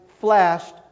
flashed